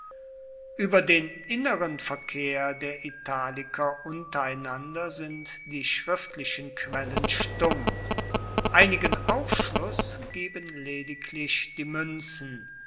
ueber den inneren verkehr der italiker untereinander sind die schriftlichen quellen stumm einigen aufschluss geben lediglich die muenzen